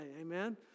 amen